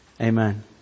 Amen